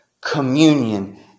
communion